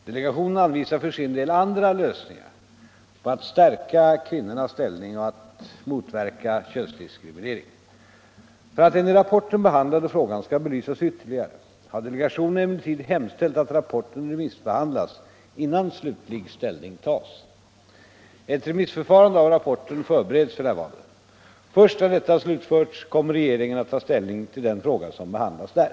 Delegationen anvisar för sin del andra lösningar på frågan hur man skall kunna stärka kvinnornas ställning och motverka könsdiskriminering. För att den i rapporten behandlade frågan skall belysas ytterligare har delegationen emellertid hemställt att rapporten remissbehandlas innan slutlig ställning tas. Ett remissförfarande beträffande rapporten förbereds f. n. Först när detta har slutförts kommer regeringen att ta ställning till den fråga som behandlas där.